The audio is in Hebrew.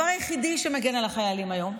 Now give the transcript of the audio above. והדבר היחידי שמגן על החיילים היום,